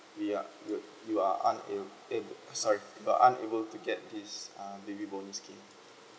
we are you you are una~ ab~ sorry you unable to get this uh baby bonus scheme